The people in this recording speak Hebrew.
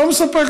לא מספק.